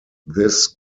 this